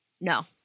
No